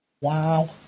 Wow